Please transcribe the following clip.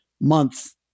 month